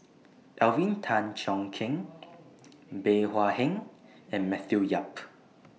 Alvin Tan Cheong Kheng Bey Hua Heng and Matthew Yap